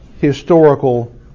historical